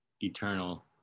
eternal